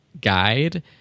guide